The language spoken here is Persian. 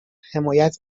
حمایت